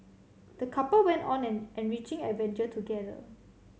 the couple went on an enriching adventure together